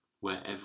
wherever